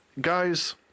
guys